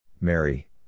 Mary